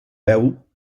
veu